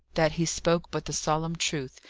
that he spoke but the solemn truth,